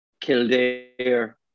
Kildare